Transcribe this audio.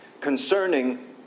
concerning